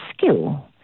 skill